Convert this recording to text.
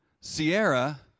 Sierra